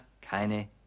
keine